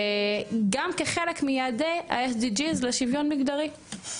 וגם כחלק מיעדי ה-SDG זה שוויון מגדרי.